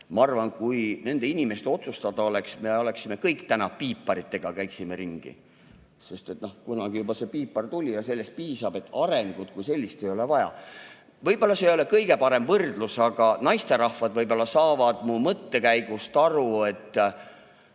Ma arvan, et kui nende inimeste otsustada oleks, siis me kõik käiksime täna piiparitega ringi, sest kunagi see piipar tuli ja sellest piisab – arengut kui sellist ei ole vaja. Võib-olla see ei ole kõige parem võrdlus, aga naisterahvad ehk saavad mu mõttekäigust aru.